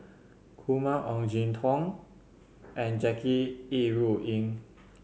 Kumar Ong Jin Teong and Jackie Yi Ru Ying